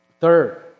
third